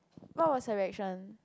what was her reaction